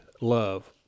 love